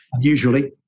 usually